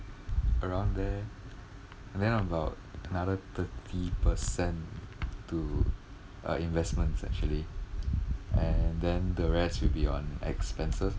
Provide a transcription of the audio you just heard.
around there and then about another thirty percent to uh investments actually and then the rest will be on expenses